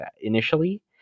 initially